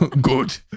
Good